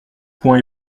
point